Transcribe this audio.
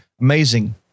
amazing